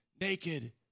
naked